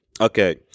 Okay